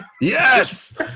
Yes